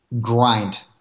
grind